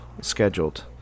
scheduled